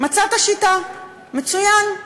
מצאת שיטה, מצוין.